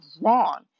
wrong